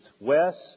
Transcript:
west